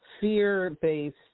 fear-based